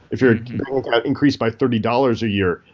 if your account increased by thirty dollars a year,